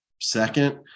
second